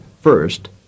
first